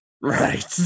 Right